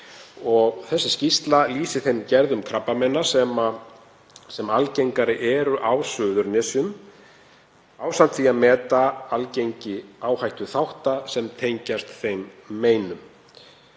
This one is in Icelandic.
skýrsla sem lýsi þeim gerðum krabbameina sem algengari eru á Suðurnesjum ásamt því að meta algengi áhættuþátta sem tengjast þeim meinum.